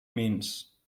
means